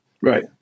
right